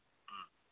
ꯑꯥ